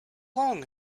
long